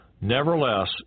Nevertheless